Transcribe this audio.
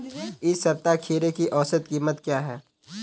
इस सप्ताह खीरे की औसत कीमत क्या है?